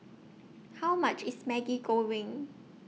How much IS Maggi Goreng